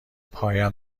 پایم